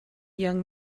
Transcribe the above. young